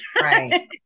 Right